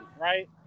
right